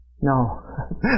No